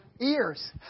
Ears